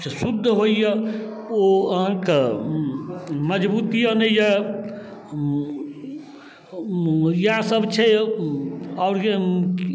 से शुद्ध होइए ओ अहाँके मजबूती आनैए इएहसब छै आओर